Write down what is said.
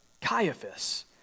Caiaphas